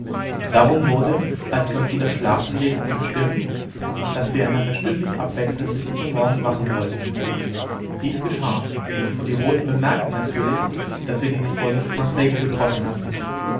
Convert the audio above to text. darum wurde als wir uns wieder schlafen legten bestimmt daß wir einander stündlich abwechselnd bis zum morgen wachen wollten dies geschah und die roten bemerkten natürlich daß wir diese vorsichtsmaßregel getroffen hatten